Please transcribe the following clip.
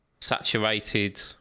saturated